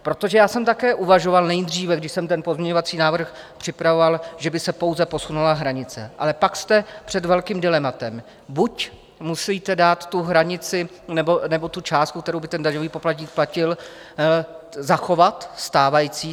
Protože já jsem také uvažoval nejdříve, když jsem ten pozměňovací návrh připravoval, že by se pouze posunula hranice, ale pak jste před velkým dilematem buď musíte tu hranici, nebo tu částku, kterou by ten daňový poplatník platil, zachovat stávající.